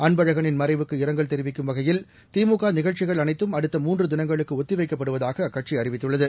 அன்பழகளின் மறைவுக்கு இரங்கல் தெரிவிக்கும் வகையில் திமுகநிகழ்ச்சிகள் அனைத்தும் அடுத்த மூன்றுதினங்களுக்குஒத்திவைக்கப்படுவதாகஅக்கட்சிஅறிவித்துள்ளது